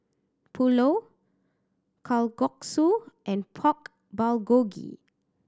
Pulao Kalguksu and Pork Bulgogi